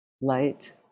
light